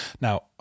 Now